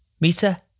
meter